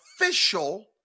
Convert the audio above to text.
official